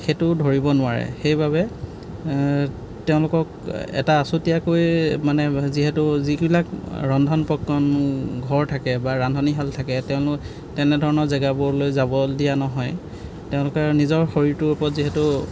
সেইটো ধৰিব নোৱাৰে সেইবাবে তেওঁলোকক এটা আছুতীয়াকৈ মানে যিহেতু যিবিলাক ৰন্ধন প্ৰকৰণ ঘৰ থাকে বা ৰান্ধনীশাল থাকে তেওঁলোকক তেনেধৰণৰ জেগাবোৰলৈ যাবলৈ দিয়া নহয় তেওঁলোকৰ নিজৰ শৰীৰটোৰ ওপৰত যিহেতু